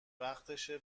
وقتشه